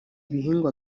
ibihingwa